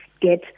get